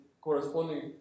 corresponding